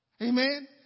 Amen